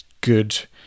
good